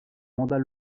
mandat